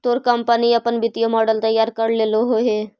तोर कंपनी अपन वित्तीय मॉडल तैयार कर लेलो हे?